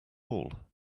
all